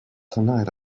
tonight